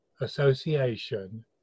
association